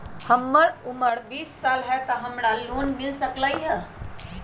हमर उमर बीस साल हाय का हमरा लोन मिल सकली ह?